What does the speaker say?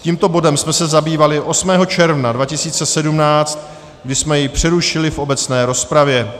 Tímto bodem jsme se zabývali 8. června 2017, kdy jsme jej přerušili v obecné rozpravě.